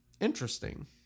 Interesting